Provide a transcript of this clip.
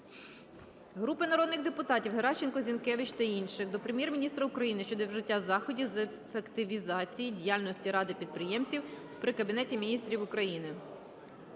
Групи народних депутатів (Геращенко, Зінкевич та інших) до Прем'єр-міністра України щодо вжиття заходів з ефективізації діяльності Ради підприємців при Кабінеті Міністрів України.